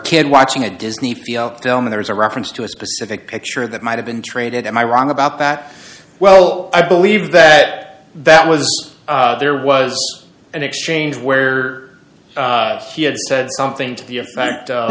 kid watching a disney feel film there is a reference to a specific picture that might have been traded am i wrong about that well i believe that that was there was an exchange where he had said something to the effect